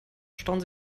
stauen